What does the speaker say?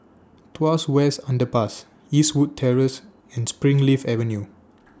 Tuas West Underpass Eastwood Terrace and Springleaf Avenue